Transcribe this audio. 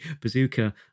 Bazooka